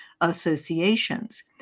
associations